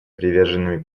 приверженными